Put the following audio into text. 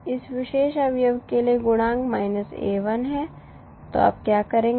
इस विशेष अवयव के लिए गुणांक a1 है तो आप क्या करेंगे